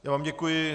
Já vám děkuji.